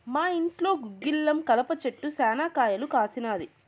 మా ఇంట్లో గుగ్గిలం కలప చెట్టు శనా కాయలు కాసినాది